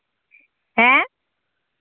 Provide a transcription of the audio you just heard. ᱦᱮᱸ